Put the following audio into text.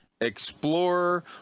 explorer